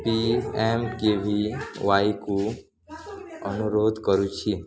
ପିଏମ୍କେଭିୱାଇକୁ ଅନୁରୋଧ କରୁଛି